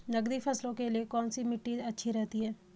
नकदी फसलों के लिए कौन सी मिट्टी अच्छी रहती है?